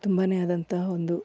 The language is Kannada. ತುಂಬಾನೇ ಆದಂತಹ ಒಂದು